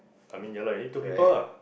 I mean ya lah you need two people lah